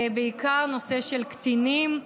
בעיקר בנושא של קטינים,